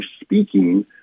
speaking